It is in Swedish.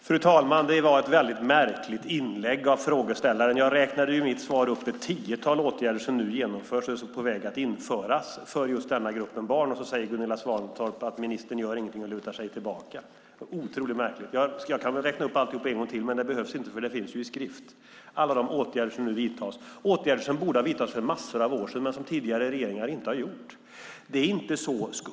Fru talman! Det var ett väldigt märkligt inlägg av frågeställaren. I mitt svar räknade jag upp ett tiotal åtgärder som nu vidtas och är på väg att införas för just den här gruppen barn, och så säger Gunilla Svantorp att ministern inte gör någonting och lutar sig tillbaka. Det är otroligt märkligt. Jag kan räkna upp alltihop en gång till, men det behövs inte för det finns ju i skrift. Jag räknade upp alla de åtgärder som nu vidtas. Det är åtgärder som borde ha vidtagits för massor av år sedan men som tidigare regeringar inte vidtagit.